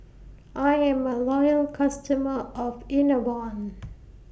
I Am A Loyal customer of Enervon